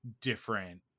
different